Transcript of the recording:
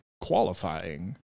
qualifying